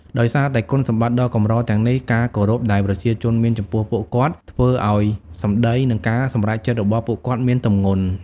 ដោយសារតែគុណសម្បត្តិដ៏កម្រទាំងនេះ ការគោរពដែលប្រជាជនមានចំពោះពួកគាត់ ធ្វើឲ្យសម្ដី និងការសម្រេចចិត្តរបស់ពួកគាត់មានទម្ងន់។